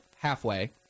halfway